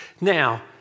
Now